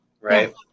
right